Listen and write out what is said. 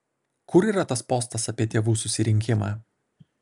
kur yra tas postas apie tėvų susirinkimą